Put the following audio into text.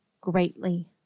greatly